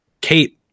Kate